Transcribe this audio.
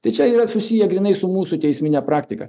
tai čia yra susiję grynai su mūsų teismine praktika